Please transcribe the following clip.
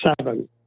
Seven